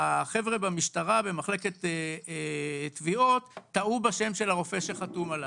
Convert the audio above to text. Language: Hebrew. החבר'ה במשטרה במחלקת תביעות טעו בשם של הרופא שחתום עליו.